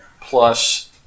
Plus